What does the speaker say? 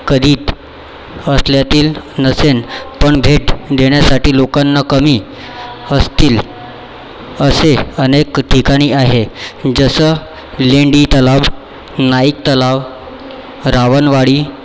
करीब असल्यातील नसेन पण भेट देण्यासाठी लोकांना कमी असतील असे अनेक ठिकाणे आहे जसं लेंडी तलाव नाईक तलाव रावणवाडी